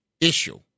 issue